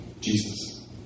Jesus